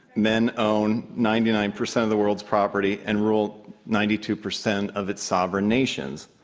men own ninety nine percent of the world's property and rule ninety two percent of its sovereign nations.